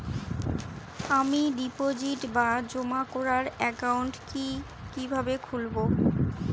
আমি ডিপোজিট বা জমা করার একাউন্ট কি কিভাবে খুলবো?